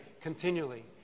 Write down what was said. continually